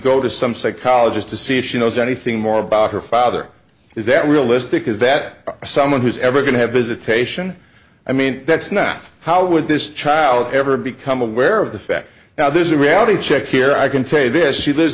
go to some psychologist to see if she knows anything more about her father is that realistic is that someone who's ever going to have visitation i mean that's not how would this child ever become aware of the fact now there's a reality check here i can tell you this she lives